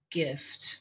gift